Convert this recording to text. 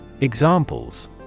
Examples